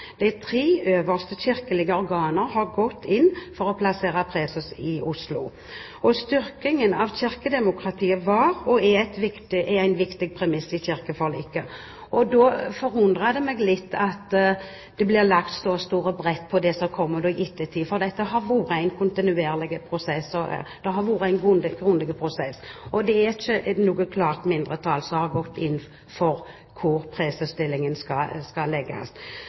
er en viktig premiss i kirkeforliket. Da forundrer det meg litt at det blir lagt så stor vekt på det som kommer i ettertid, for dette har vært en kontinuerlig og grundig prosess. Det er ikke noe klart mindretall som har gått inn for